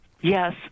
Yes